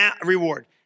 reward